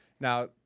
Now